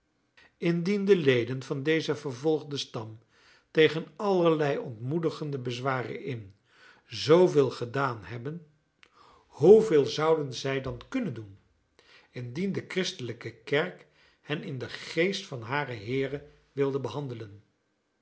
de leden van dezen vervolgden stam tegen allerlei ontmoedigende bezwaren in zooveel gedaan hebben hoeveel zouden zij dan kunnen doen indien de christelijke kerk hen in den geest van haren heere wilde behandelen